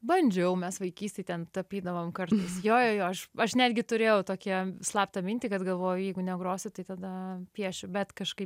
bandžiau mes vaikystėj ten tapydavom kar jo jo jo aš aš netgi turėjau tokią slaptą mintį kad galvoju jeigu negrosiu tai tada piešiu bet kažkaip